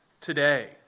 today